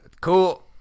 cool